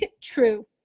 true